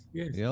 yes